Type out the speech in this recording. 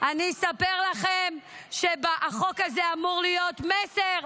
אני אספר לכם שהחוק הזה אמור להיות מסר.